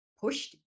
pushed